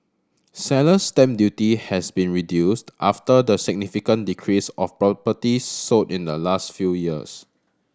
Seller's stamp duty has been reduced after the significant decrease of properties sold in the last few years